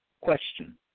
question